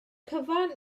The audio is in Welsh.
cyfan